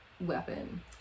weapon